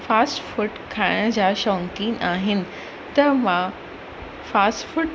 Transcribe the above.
fast food खाइण जा शौक़ीनि आहिनि त मां फास्ट फूड